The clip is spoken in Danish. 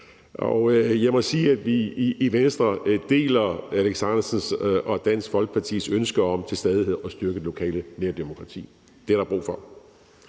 Jeg må sige, at vi i Venstre deler hr. Alex Ahrendtsens og Dansk Folkepartis ønske om til stadighed at styrke det lokale nærdemokrati; det er der brug for.